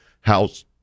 House